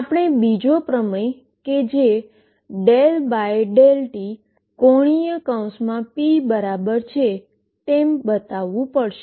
આપણે બીજો પ્રમેય કે જે ddt⟨p⟩ બરાબર છે તેમ બતાવવું પડશે